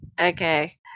Okay